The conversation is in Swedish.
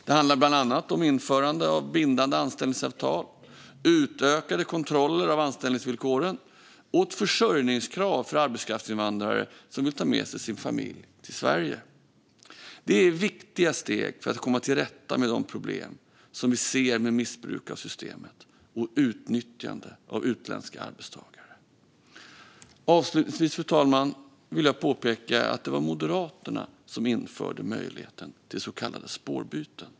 Det handlar bland annat om införande av bindande anställningsavtal, utökade kontroller av anställningsvillkoren och ett försörjningskrav för arbetskraftsinvandrare som vill ta med sig sin familj till Sverige. Det är viktiga steg för att komma till rätta med de problem vi ser med missbruk av systemet och utnyttjande av utländska arbetstagare. Avslutningsvis, fru talman, vill jag påpeka att det var Moderaterna som införde möjligheten till så kallade spårbyten.